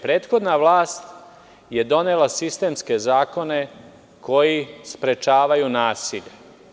Prethodna vlast je donela sistemske zakone koji sprečavaju nasilje.